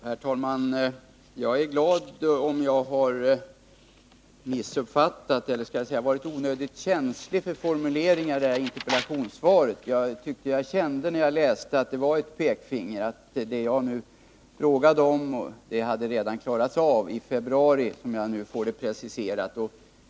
Herr talman! Jag är glad om jag har missuppfattat eller varit onödigt känslig när det gäller formuleringar i det här interpellationssvaret. Då jag tog del av svaret hade jag en känsla av att där fanns ett pekfinger — det som jag frågade om hade redan klarats av. Det preciseras nu till februari.